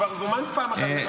התשפ"ד 2024, התקבל.